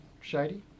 Shady